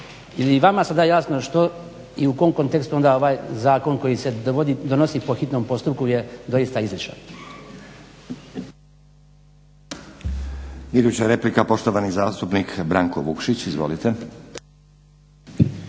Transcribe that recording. i vama sada jasno što i u kom kontekstu onda ovaj zakon koji se donosi po hitnom postupku je doista izlišan?